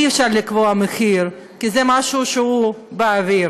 אי-אפשר לקבוע מחיר, כי זה משהו שהוא באוויר.